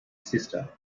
sister